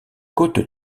côte